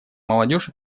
молодежь